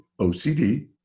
OCD